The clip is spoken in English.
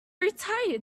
retired